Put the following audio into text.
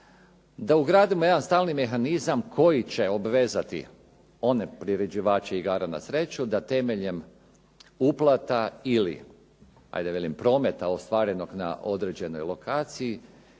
da ugradimo jedan stalni mehanizam koji će obvezati one priređivače igara na sreću da temeljem uplata ili ajde velim prometa ostvarenog na određenoj lokaciji